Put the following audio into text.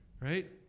Right